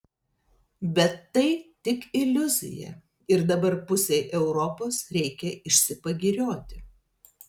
bet tai tik iliuzija ir dabar pusei europos reikia išsipagirioti